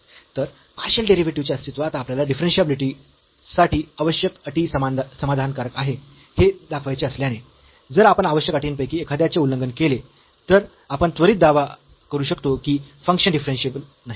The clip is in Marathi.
तर पार्शियल डेरिव्हेटिव्ह चे अस्तित्व आता आपल्याला डिफरन्शियाबिलिटी साठी आवश्यक अटी समाधानकारक आहे हे दाखवायचे असल्याने जर आवश्यक अटींपैकी एखाद्याचे उल्लंघन केले तर आपण त्वरित दावा करू शकतो की फंक्शन डिफरन्शियेबल नाही